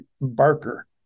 Barker